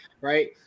right